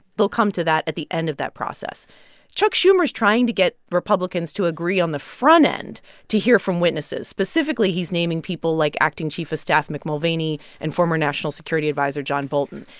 they'll come to that at the end of that process chuck schumer's trying to get republicans to agree on the front end to hear from witnesses. specifically, he's naming people like acting chief of staff mick mulvaney and former national security adviser john bolton.